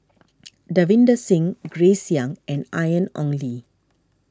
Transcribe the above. Davinder Singh Grace Young and Ian Ong Li